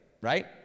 right